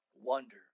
wonder